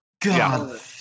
God